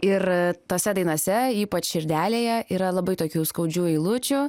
ir tose dainose ypač širdelėje yra labai tokių skaudžių eilučių